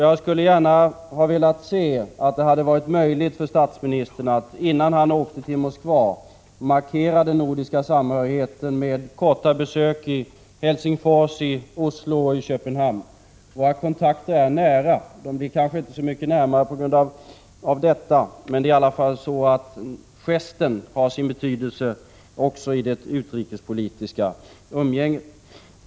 Jag skulle gärna ha velat se att det hade varit möjligt för statsministern att innan han åkte till Moskva markera den nordiska samhörigheten med korta besök i Helsingfors, Oslo och Köpenhamn. Våra kontakter är nära. De blir kanske inte så mycket närmare på grund av detta. Men gesten har sin betydelse också i det utrikespolitiska umgänget.